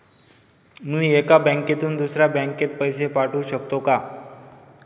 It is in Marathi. मी एका बँकेतून दुसऱ्या बँकेत पैसे पाठवू शकतो का?